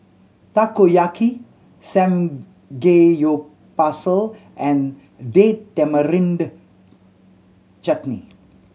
Takoyaki Samgeyopsal and Date Tamarind Chutney